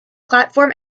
platform